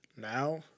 now